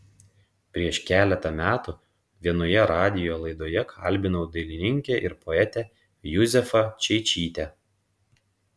prieš keletą metų vienoje radijo laidoje kalbinau dailininkę ir poetę juzefą čeičytę